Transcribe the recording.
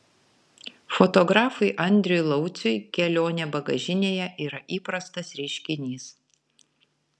fotografui andriui lauciui kelionė bagažinėje yra įprastas reiškinys